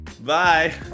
Bye